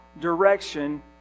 direction